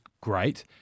great